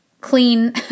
clean